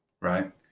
Right